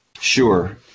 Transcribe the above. Sure